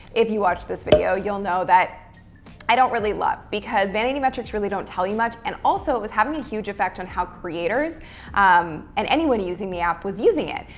if you watch this video, you'll know that i don't really love because vanity metrics really don't tell you much. and also it was having a huge effect on how creators um and anyone using the app was using it,